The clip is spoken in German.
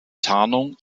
tarnung